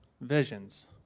visions